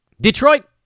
Detroit